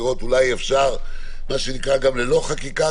כדי לראות אולי אפשר גם ללא חקיקה,